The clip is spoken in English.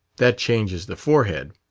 that changes the forehead.